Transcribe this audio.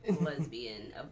lesbian